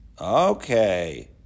Okay